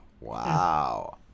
Wow